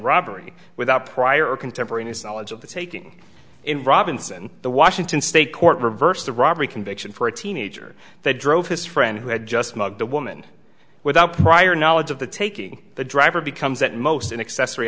robbery without prior contemporaneous knowledge of the taking in robinson the washington state court reversed the robbery conviction for a teenager that drove his friend who had just mugged a woman without prior knowledge of the taking the driver becomes at most an accessory